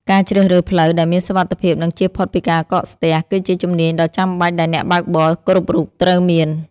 ការជ្រើសរើសផ្លូវដែលមានសុវត្ថិភាព និងជៀសផុតពីការកកស្ទះ គឺជាជំនាញដ៏ចាំបាច់ដែលអ្នកបើកបរគ្រប់រូបត្រូវមាន។